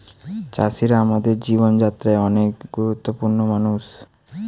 চাষিরা আমাদের জীবন যাত্রায় অনেক গুরুত্বপূর্ণ মানুষ